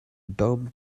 doomed